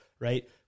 Right